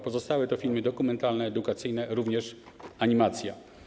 Pozostałe to filmy dokumentalne, edukacyjne, jest również animacja.